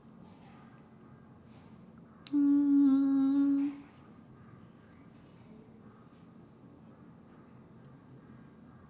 hmm